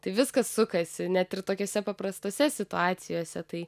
tai viskas sukasi net ir tokiose paprastose situacijose tai